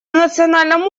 национальном